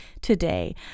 today